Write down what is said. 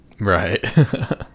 Right